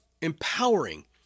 empowering